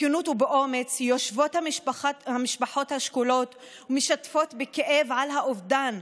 בכנות ובאומץ יושבות המשפחות השכולות ומשתפות בכאב על האובדן,